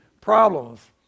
problems